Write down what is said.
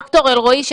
ד"ר אלרעי,